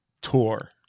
tour